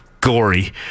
gory